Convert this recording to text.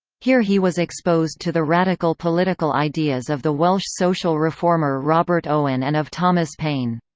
here he was exposed to the radical political ideas of the welsh social reformer robert owen and of thomas paine.